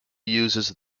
uses